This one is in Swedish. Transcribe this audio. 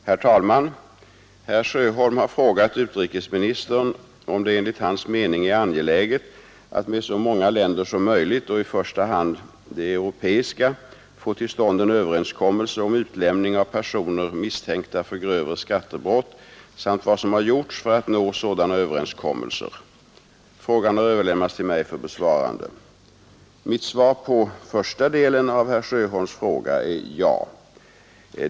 Herr talman! Herr Sjöholm har frågat utrikesministern om det enligt hans mening är angeläget att med så många länder som möjligt och i första hand de europeiska få till stånd en överenskommelse om utlämning av personer misstänkta för grövre skattebrott samt vad som har gjorts för att nå sådana överenskommelser. Frågan har överlämnats till mig för besvarande. Mitt svar på första delen av herr Sjöholms fråga är ja.